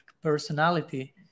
personality